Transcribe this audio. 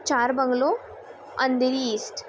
चार bungalow Andheri east